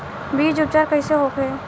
बीज उपचार कइसे होखे?